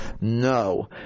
no